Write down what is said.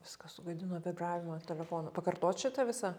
viską sugadino vibravimas telefono pakartot šitą visą